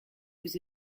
vous